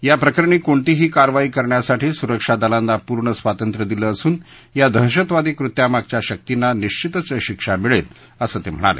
याप्रकरणी कोणतीही कारवाई करण्यासाठी सुरक्षा दलांना पूर्ण स्वातंत्र्य दिलं असून या दहशतवादी कृत्यामागच्या शक्तींना निश्चितच शिक्षा मिळेल असं ते म्हणाले